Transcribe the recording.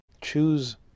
Choose